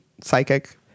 Psychic